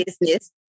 business